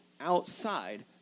outside